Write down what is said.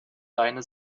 deine